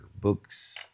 Books